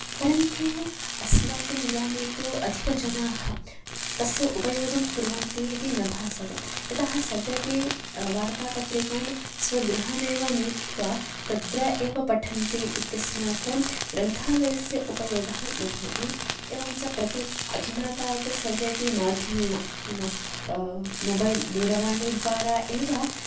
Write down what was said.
परन्तु अस्माकं ग्रामे तु अधिकजनाः तस्य उपयोगं कुर्वन्ति इति न भासते यतः सर्वेपि वार्तापत्रिकान् स्वगृहमेव नीत्वा तत्र एव पठन्ति इत्यस्मात् ग्रन्थालयस्य उपयोगः न भवति एवं च प्रकृते अधुना तावत् सर्वेपि माध्यमेन नाम मोबैल् दूरवाणीद्वारा एव